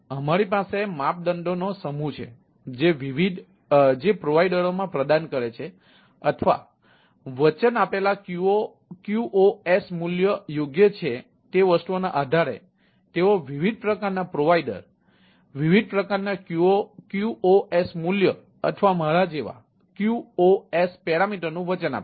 અમારી પાસે માપદંડોનો સમૂહ છે જે પ્રોવાઇડરઓ પ્રદાન કરે છે અથવા વચન આપેલા ક્યુઓએસ મૂલ્યો યોગ્ય છે તે વસ્તુના આધારે તેઓ વિવિધ પ્રકારના પ્રોવાઇડર વિવિધ પ્રકારના ક્યુઓએસ મૂલ્યો અથવા મારા જેવા QoS પેરામીટર નું વચન આપે છે